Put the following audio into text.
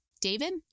David